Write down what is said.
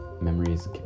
memories